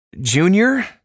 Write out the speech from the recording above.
Junior